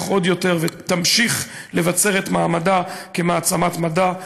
עוד יותר ותמשיך לבצר את מעמדה כמעצמת מדע,